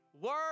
word